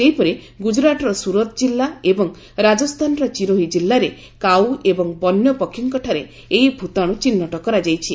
ସେହିପରି ଗୁଜରାଟ୍ର ସୁରତ୍ କିଲ୍ଲା ଏବଂ ରାଜସ୍ଥାନର ଚିରୋହି କିଲ୍ଲାରେ କାଉ ଏବଂ ବନ୍ୟପକ୍ଷୀଙ୍କଠାରେ ଏହି ଭୂତାଣୁ ଚିହ୍ନଟ କରାଯାଇଛି